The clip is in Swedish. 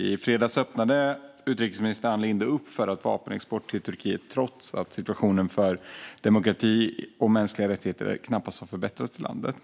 I fredags öppnade utrikesminister Ann Linde upp för vapenexport till Turkiet, trots att situationen för demokrati och mänskliga rättigheter knappast har förbättrats i landet.